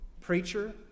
preacher